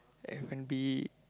F-and-B